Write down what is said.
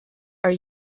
are